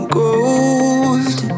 gold